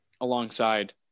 alongside